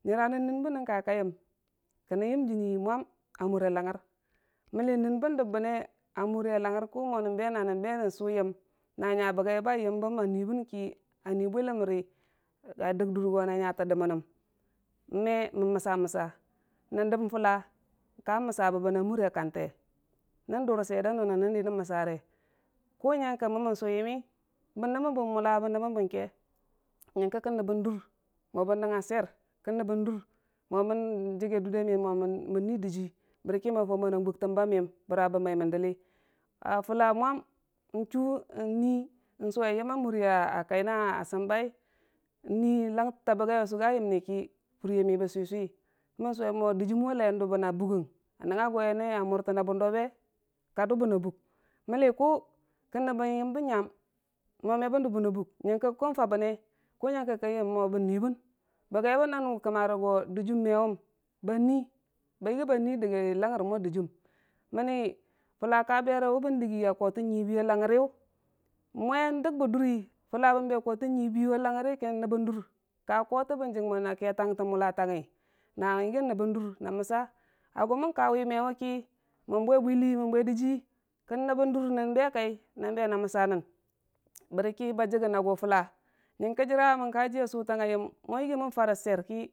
nyira nən bənən ka kaiyəm kən yəm dənni mwam a mura langgngor mənni nən bən dəmbə ne mura langngər ku mo nən be nonbe sʊyəm na nya bəgai ba yəmbəm a nui bənki a nyui boi ləmri a dək dur go na rə nga rə nya tə dəmən nəm me mən məsa- məsaa. Nən dom kʊlla ka məsa bəsəne a mura kante nən dʊre sweir dan nən nun dənən məsare. Kʊ nyangke mə mən sʊ yənmii bədəmən bən mula bən dəppən bənke nyəng ke kən nəbən dur mo bən nəng nga swir, kən dur mo əbn dəkge dunda miiyən momən nii dajɨɨ bərku me nən fawmo nən guk təmba miyəm bʊra əbn mai mən dəli a fulla mwam n'chu, n'nui, n'suwe yəmma mura kai na səmbai nui langəttal bəgalyʊ sʊja yomni ki furyamiyʊ bo swi- swi kəmən suwe mo dəjɨɨm wale dʊ bənna bukgə nənnga ji yənne a murtəna bʊndo be ka dubən a buk mənni ku kəm nəmbən yəmbə nyam mo, mebən dubəna bʊla nyəng kə ku fabonne kʊ nyəngke kən yəm mo bən nui bən bəgai bə nanʊ kare jo dədɨɨm me vʊn ba nul ba yəggi ba nui dəgai langər mo dəjɨɨm mənni fulla kabere wʊ bən dəgi ya kore nyibiya langngər yu mvi dəri be duri fulla əbn be a kore nyibiyu a langngər kən nəmbən dur kakotə bən jək mən na ke tang ton mula tangngi na yəngi nombondur naməsa. A gʊ mən kawe məwʊ ku mən bwe bwili mən bwe dəjii ki kən nəmbən dur nan be ka naba nn məsanən bərki ba jəkgən na gʊ fula nyəngkə jii ra mən ka diiya sotontang a yommo yongi mon farə sweir ki.